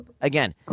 Again